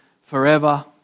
forever